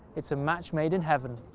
it's a match made in heaven.